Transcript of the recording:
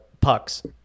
pucks